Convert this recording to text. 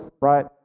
right